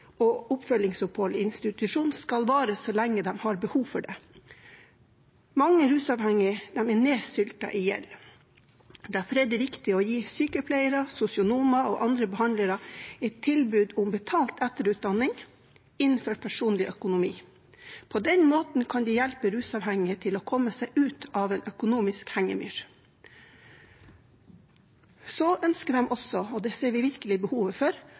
og oppfølgingsopphold i institusjon skal vare så lenge de har behov for det. Mange rusavhengige er nedsyltet i gjeld. Derfor er det viktig å gi sykepleiere, sosionomer og andre behandlere et tilbud om betalt etterutdanning innenfor personlig økonomi. På den måten kan de hjelpe rusavhengige til å komme seg ut av en økonomisk hengemyr. Så ønsker de også – og det ser vi virkelig behovet for